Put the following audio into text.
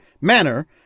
manner